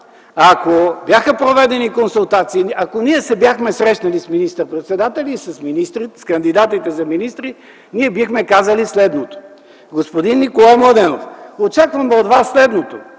ако бяха проведени консултации, ако ние се бяхме срещнали с министър-председателя и с кандидатите за министрите, ние бихме казали следното: господин Николай Младенов, очакваме от Вас следното